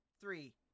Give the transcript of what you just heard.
Three